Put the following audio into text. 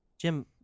Jim